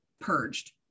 purged